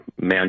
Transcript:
man